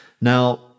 Now